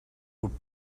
would